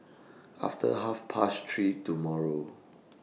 after Half Past three tomorrow